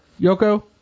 Yoko